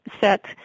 set